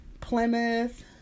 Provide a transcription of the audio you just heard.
Plymouth